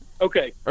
Okay